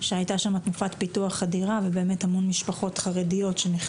שהייתה שם תנופת פיתוח אדירה ונכנסו המון משפחות חרדיות.